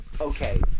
Okay